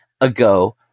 ago